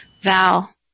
Val